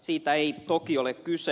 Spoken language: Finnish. siitä ei toki ole kyse